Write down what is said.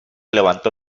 levantó